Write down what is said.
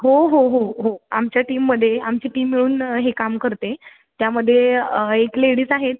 हो हो हो हो आमच्या टीममध्ये आमची टीम मिळून हे काम करते त्यामध्ये एक लेडीज आहेत